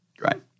right